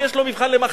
מי יש לו מבחן למחרת,